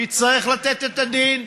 יצטרך לתת את הדין.